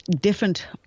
different